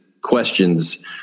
questions